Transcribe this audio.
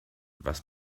was